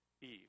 Eve